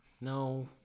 No